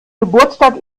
geburtstag